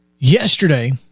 Yesterday